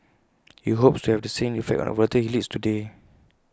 he hopes to have the same effect on the volunteers he leads today